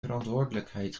verantwoordelijkheid